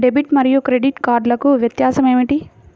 Debit మరియు credit కార్డ్లకు వ్యత్యాసమేమిటీ?